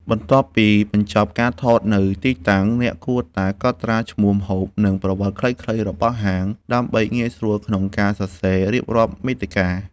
បន្ទាប់ពីបញ្ចប់ការថតនៅទីតាំង អ្នកគួរតែកត់ត្រាឈ្មោះម្ហូប និងប្រវត្តិខ្លីៗរបស់ហាង ដើម្បីងាយស្រួលក្នុងការសរសេររៀបរាប់មាតិកា។